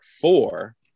four